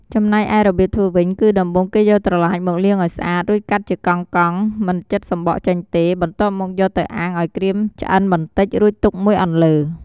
ចំណែកឯរបៀបធ្វើវិញ គឺដំបូងគេយកត្រឡាចមកលាងឱ្យស្អាត រួចកាត់ជាកង់ៗ មិនចិតសំបកចេញទេ បន្ទាប់មកយកទៅអាំងឱ្យក្រៀមឆ្អិនបន្តិច រួចទុកមួយអន្លើ។